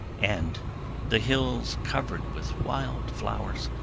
and the hills, covered with wild flowers,